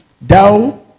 Thou